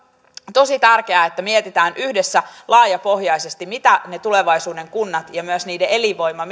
tosi tärkeää että mietitään yhdessä laajapohjaisesti mitä ne tulevaisuuden kunnat ovat ja myös mistä tekijöistä niiden elinvoima